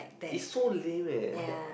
it's so lame eh